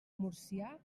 murcià